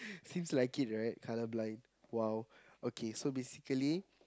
seems like it right colourblind !wow! okay so basically